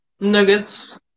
nuggets